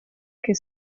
che